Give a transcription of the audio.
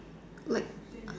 like